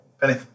Penny